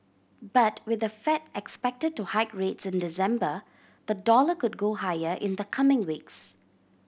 but with the Fed expected to hike rates in December the dollar could go higher in the coming weeks